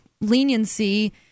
leniency